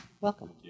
Welcome